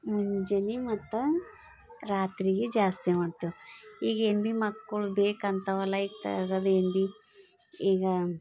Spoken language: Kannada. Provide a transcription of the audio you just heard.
ಮುಂಜಾನೆ ಮತ್ತು ರಾತ್ರಿಗೆ ಜಾಸ್ತಿ ಮಾಡ್ತೀವಿ ಈಗ ಏನು ಭೀ ಮಕ್ಕಳು ಬೇಕಂತವಲ್ಲ ಏನು ಭೀ ಈಗ